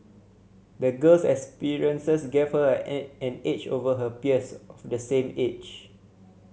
the girl's experiences gave her an an edge over her peers of the same age